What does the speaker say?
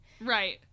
right